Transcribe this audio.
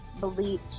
Bleach